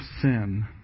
sin